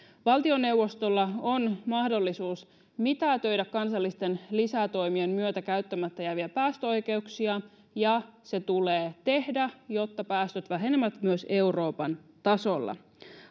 valtioneuvostolla on mahdollisuus mitätöidä kansallisten lisätoimien myötä käyttämättä jääviä päästöoikeuksia ja se tulee tehdä jotta päästöt vähenevät myös euroopan tasolla